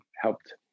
helped